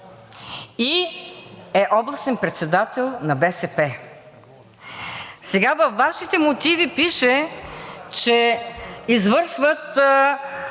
и е областен председател на БСП. Във Вашите мотиви пише, че извършват